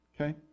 Okay